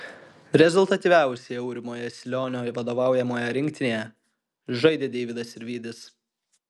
rezultatyviausiai aurimo jasilionio vadovaujamoje rinktinėje žaidė deividas sirvydis